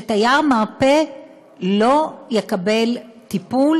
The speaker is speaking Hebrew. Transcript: שתייר מרפא לא יקבל טיפול